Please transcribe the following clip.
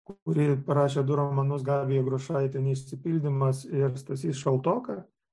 kuri parašė du romanus gabija grušaitė neišsipildymas ir stasys šaltoka